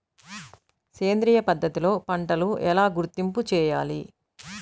సేంద్రియ పద్ధతిలో పంటలు ఎలా గుర్తింపు చేయాలి?